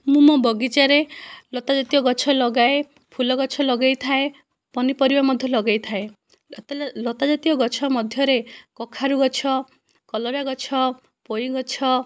ମୁଁ ମୋ ବଗିଚାରେ ଲତା ଜାତୀୟ ଗଛ ଲଗାଏ ଫୁଲ ଗଛ ଲଗାଇଥାଏ ପନିପରିବା ମଧ୍ୟ ଲଗାଇଥାଏ ଲତା ଲତା ଜାତୀୟ ଗଛ ମଧ୍ୟରେ କଖାରୁ ଗଛ କଲରା ଗଛ ପୋଇ ଗଛ